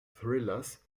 thrillers